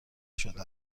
شده